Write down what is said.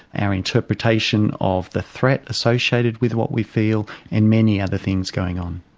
our interpretation of the threat associated with what we feel, and many other things going on.